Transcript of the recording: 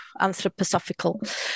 anthroposophical